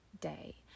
day